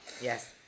Yes